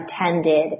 attended